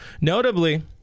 Notably